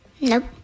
Nope